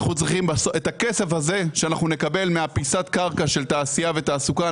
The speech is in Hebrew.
את הכסף הזה שנקבל מפיסת הקרקע של תעשייה ותעסוקה,